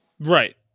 Right